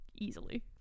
easily